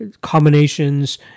Combinations